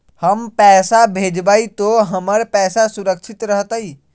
हम पैसा भेजबई तो हमर पैसा सुरक्षित रहतई?